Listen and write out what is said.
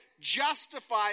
justify